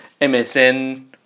MSN